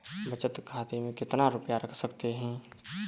बचत खाते में कितना रुपया रख सकते हैं?